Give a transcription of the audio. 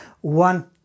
One